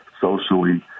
socially